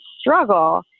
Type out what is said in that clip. struggle